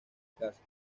casas